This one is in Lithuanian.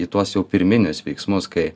į tuos jau pirminius veiksmus kai